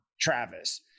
Travis